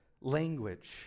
language